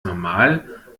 normal